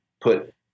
put –